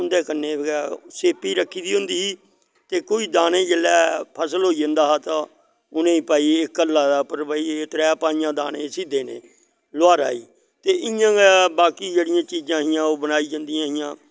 ते उंदै कन्नै गै सेप्पी रक्खी दी होंदी ही तो केई दाने जेल्लै फसल होई जंदा हा ता उनेंई भाई इक हल्ला दे उप्पर भाई त्रै पाईयां दाने इसी देने लुहारा ई ते इयां गै बाकी जेह्ड़ी चीज़ां हियां बनाई जंदियां हियां